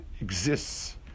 exists